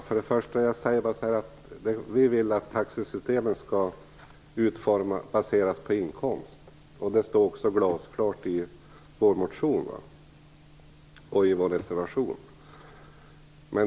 Herr talman! Vi vill att taxesystemen skall baseras på inkomst. Det står också glasklart i vår motion och i vår reservation.